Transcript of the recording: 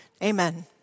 Amen